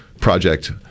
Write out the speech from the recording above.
project